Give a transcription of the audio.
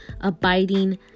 abiding